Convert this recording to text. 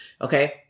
okay